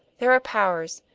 there are powers,